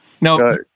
No